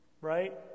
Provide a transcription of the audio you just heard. right